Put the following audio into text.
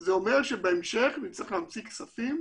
זה אומר שבהמשך נצטרך להמציא כספים